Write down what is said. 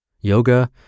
Yoga